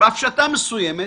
בהפשטה מסוימת,